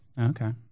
Okay